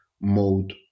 mode